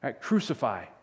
Crucify